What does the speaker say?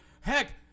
Heck